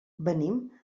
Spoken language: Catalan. venim